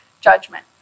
judgment